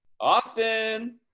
austin